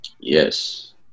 Yes